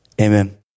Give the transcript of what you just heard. Amen